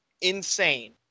insane